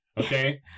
Okay